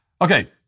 Okay